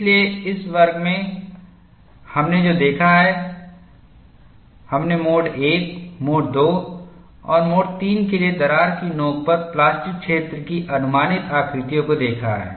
इसलिए इस वर्ग में हमने जो देखा है हमने मोड I मोड II और मोड III के लिए दरार की नोकपर प्लास्टिकक्षेत्र की अनुमानित आकृतियों को देखा है